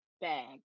bag